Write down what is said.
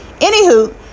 anywho